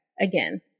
again